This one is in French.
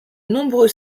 nombreux